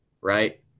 Right